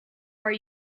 are